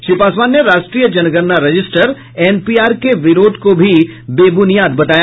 श्री पासवान ने राष्ट्रीय जनगणना रजिस्टर एनपीआर के विरोध को भी बेबुनियाद बताया